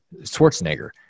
Schwarzenegger